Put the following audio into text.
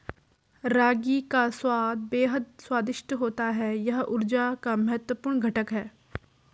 रागी का स्वाद बेहद स्वादिष्ट होता है यह ऊर्जा का महत्वपूर्ण घटक है